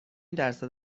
درصد